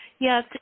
Yes